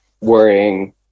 worrying